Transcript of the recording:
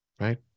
right